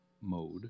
mode